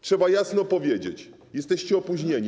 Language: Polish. Trzeba jasno powiedzieć, jesteście opóźnieni.